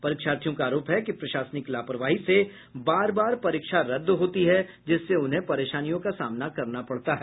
परीक्षार्थियों का आरोप है कि प्रशासनिक लापरवाही से बार बार परीक्षा रद्द होती है जिससे उन्हें परेशानियों का सामना करना पड़ता है